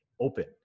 open